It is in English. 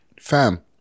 fam